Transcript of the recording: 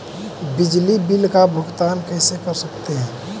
बिजली बिल का भुगतान कैसे कर सकते है?